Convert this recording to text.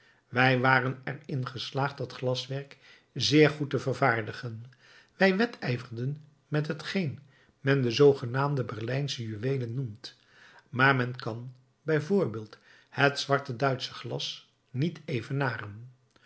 wij waren er in geslaagd dat glaswerk zeer goed te vervaardigen wij wedijverden met hetgeen men de zoogenaamde berlijnsche juweelen noemt maar men kan bij voorbeeld het zwarte duitsche glas niet evenaren